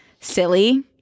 silly